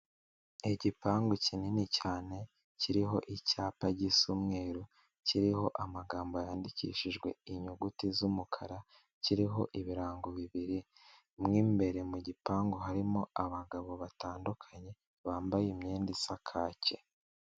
Igipangu kinini cyane, kiriho icyapa gisa umweru, kiriho amagambo yandikishijwe inyuguti z'umukara, kiriho ibirango bibiri, mo imbere mu gipangu harimo abagabo batandukanye, bambaye imyenda isa kaki.